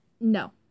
No